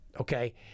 okay